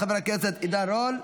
חבר הכנסת עידן רול,